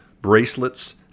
bracelets